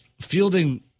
fielding